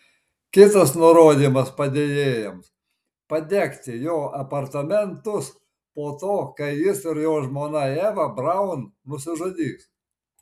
kitas nurodymas padėjėjams padegti jo apartamentus po to kai jis ir jo žmona eva braun nusižudys